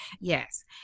Yes